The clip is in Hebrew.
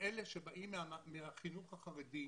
שאלה שבאים מהחינוך החרדי,